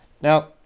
Now